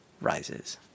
rises